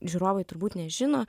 žiūrovai turbūt nežino